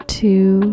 two